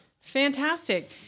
Fantastic